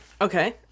Okay